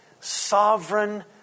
sovereign